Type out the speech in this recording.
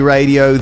Radio